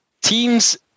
teams